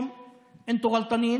בוא לשתף פעולה איתנו,